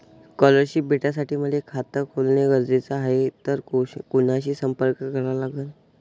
Scholarship भेटासाठी मले खात खोलने गरजेचे हाय तर कुणाशी संपर्क करा लागन?